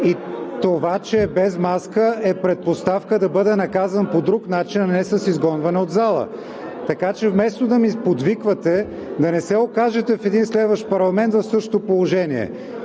и това, че е без маска е предпоставка да бъде наказан по друг начин, а не с изгонване от залата. Така че, вместо да ми подвиквате, да не се окажете в един следващ парламент в същото положение.